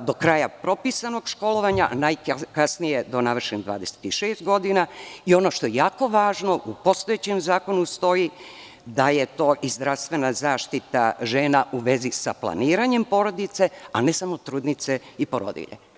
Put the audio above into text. do kraja propisanog školovanja, najkasnije do navršenih 26 godina i, ono što je jako važno, u postojećem zakonu stoji da je to i zdravstvena zaštita žena u vezi sa planiranjem porodice, a ne samo trudnice i porodilje.